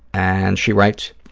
and she writes,